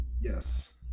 Yes